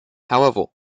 however